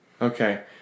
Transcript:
Okay